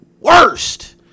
worst